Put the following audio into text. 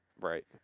Right